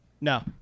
No